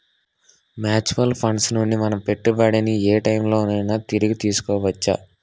Mutual funds నుండి మన పెట్టుబడిని ఏ టైం లోనైనా తిరిగి తీసుకోవచ్చా?